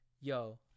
Yo